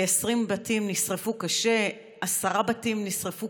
כ-20 בתים נשרפו קשה ו-10 בתים נשרפו